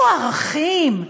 איפה הערכים,